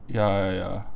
ya ya ya